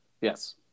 Yes